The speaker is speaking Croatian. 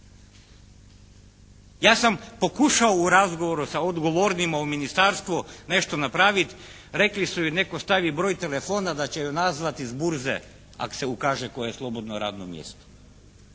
Ja sam pokušao u razgovoru sa odgovornima u ministarstvu nešto napraviti. Rekli su nek ostavi broj telefona da će je nazvati s burze ako se ukaže koje slobodno radno mjesto.